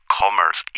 commerce